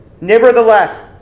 Nevertheless